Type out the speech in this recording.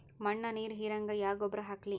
ಮಣ್ಣ ನೀರ ಹೀರಂಗ ಯಾ ಗೊಬ್ಬರ ಹಾಕ್ಲಿ?